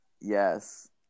yes